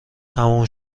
تموم